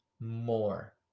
more